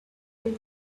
they